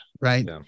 right